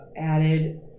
added